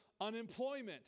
unemployment